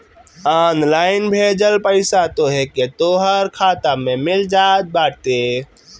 online भेजल पईसा तोहके तोहर खाता में मिल जात बाटे